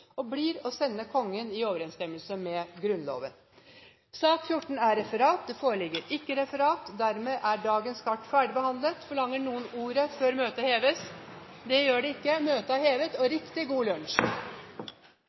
og blir å sende Kongen i overensstemmelse med Grunnloven. Det foreligger ikke noe referat. Dermed er dagens kart ferdigbehandlet. Forlanger noen ordet før møtet heves? – Møtet er hevet.